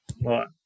Right